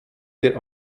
der